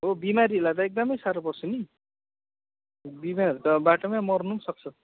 हो बिमारीहरलाई त एकदमै साह्रो पर्छ नि बिमारीहरू त बाटोमै मर्नु पनि सक्छ